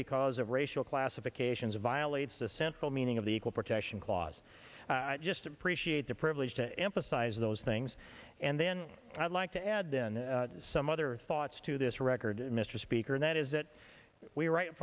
because of racial classifications violates the central meaning of the equal protection clause i just appreciate the privilege to emphasize those things and then i'd like to add in some other thoughts to this record mr speaker and that is that we ri